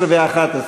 10 ו-11.